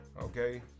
Okay